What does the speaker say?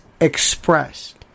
expressed